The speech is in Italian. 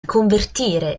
convertire